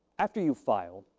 after you file,